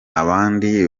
abandi